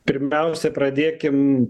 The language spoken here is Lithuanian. pirmiausia pradėkim